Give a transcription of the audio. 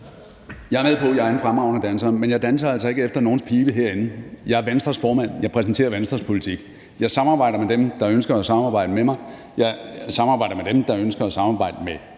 Jeg er med på, at jeg er en fremragende danser, men jeg danser altså ikke efter nogens pibe herinde. Jeg er Venstres formand; jeg præsenterer Venstres politik. Jeg samarbejder med dem, der ønsker at samarbejde med mig; jeg samarbejder med dem, der ønsker at samarbejde med